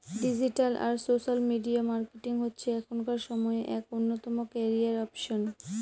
digital আর social media marketing হচ্ছে এখনকার সময়ে এক অন্যতম ক্যারিয়ার অপসন